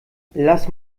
lass